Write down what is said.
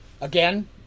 Again